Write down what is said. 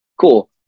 cool